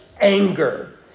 anger